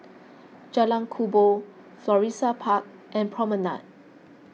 Jalan Kubor Florissa Park and Promenade